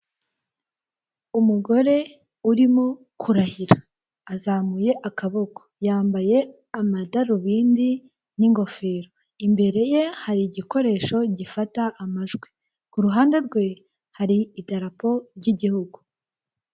Umugore urimo kurahira azamuye akaboko yambaye amadarubindi n'ingofero, imbere ye hari igikoresho gifata amajwi kuruhande rwe hari idarapo ry'igihugu.